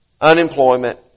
unemployment